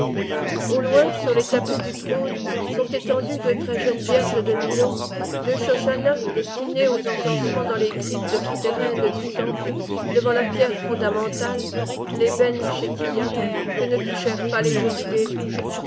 au loin sur les tapis du trône sont étendues deux très jeunes vierges de millô deux schoschannas destinées aux encensements dans les cryptes souterraines du temple devant la pierre fondamentale lebën schëtiya que ne touchèrent pas les eaux du déluge